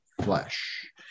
flesh